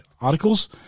articles